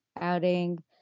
outing